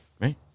Right